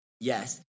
yes